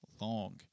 long